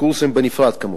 קורסים בנפרד, כמובן,